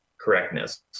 correctness